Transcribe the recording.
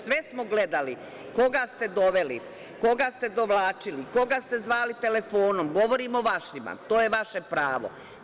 Sve smo gledali, koga ste doveli, koga ste dovlačili, koga ste zvali telefonom, govorim o vašima, to je vaše pravo.